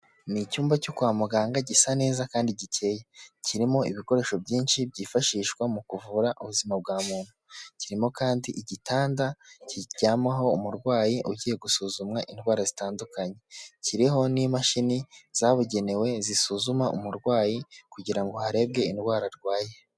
Ni icyumba cyo kwa muganga gisa neza kandi gikeya, kirimo ibikoresho byinshi byifashishwa mu kuvura ubuzima bwa muntu, kirimo kandi igitanda kiryamaho umurwayi ugiye gusuzumwa indwara zitandukanye, kiriho n'imashini zabugenewe zisuzuma umurwayi kugira ngo harebwe indwara arwaye.